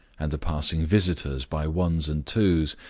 and the passing visitors, by ones and twos,